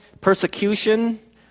persecution